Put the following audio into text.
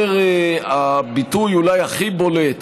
הביטוי הכי בולט